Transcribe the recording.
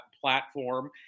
platform